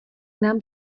nám